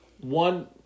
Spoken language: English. one